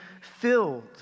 filled